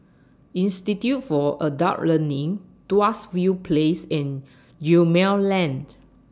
Institute For Adult Learning Tuas View Place and Gemmill Lane